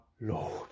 Lord